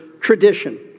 Tradition